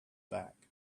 back